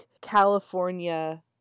California